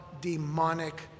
demonic